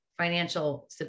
financial